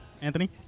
Anthony